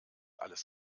alles